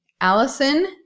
Allison